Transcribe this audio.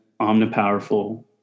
omnipowerful